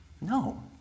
No